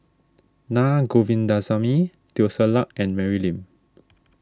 Na Govindasamy Teo Ser Luck and Mary Lim